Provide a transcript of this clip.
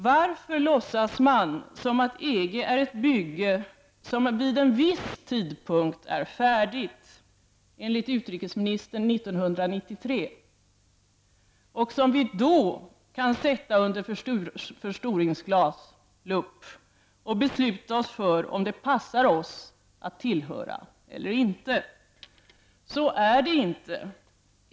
Varför låtsas man som att EG är ett bygge som vid en viss tidpunkt är färdigt -- enligt utrikesministern år 1993 -- och som vi då kan sätta under förstoringsglas och besluta oss för om det passar oss att tillhöra eller inte? Så är det inte.